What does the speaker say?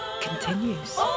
continues